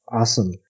Awesome